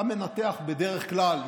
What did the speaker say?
אתה מנתח בדרך כלל,